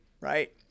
right